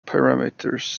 parameters